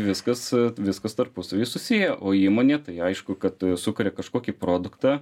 viskas viskas tarpusavy susiję o įmonė tai aišku kad sukuria kažkokį produktą